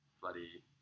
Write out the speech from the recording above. bloody